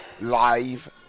live